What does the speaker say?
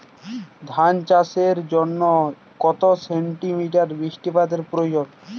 ধান চাষের জন্য কত সেন্টিমিটার বৃষ্টিপাতের প্রয়োজন?